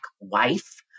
wife